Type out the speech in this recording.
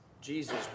Jesus